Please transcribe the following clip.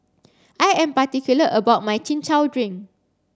I am particular about my chin chow drink